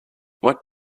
what